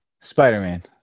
spider-man